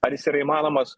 ar jis yra įmanomas